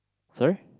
sorry